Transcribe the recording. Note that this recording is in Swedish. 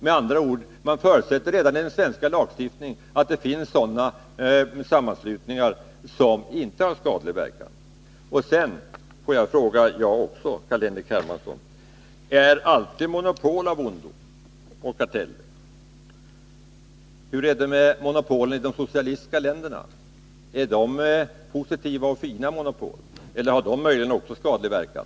Man förutsätter med andra ord redan i den svenska lagstiftningen att det finns sådana sammanslutningar som inte har skadlig verkan. Låt mig sedan fråga jag också, Carl-Henrik Hermansson: Är monopol och karteller alltid av ondo? Hur är det med monopolen i de socialistiska länderna? Är de bara positiva och fina, eller har de möjligen också skadlig verkan?